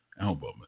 album